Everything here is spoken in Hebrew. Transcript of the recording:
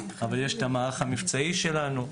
יש גם את המערך המבצעי שלנו.